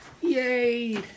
Yay